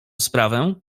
sprawę